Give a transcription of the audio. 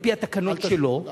על-פי התקנות שלו,